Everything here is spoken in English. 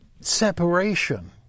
separation